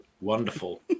wonderful